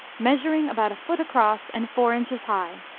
measuring about a foot across and four inches high.